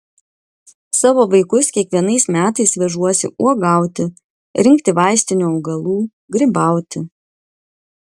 savo vaikus kiekvienais metais vežuosi uogauti rinkti vaistinių augalų grybauti